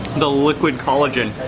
the liquid collagen.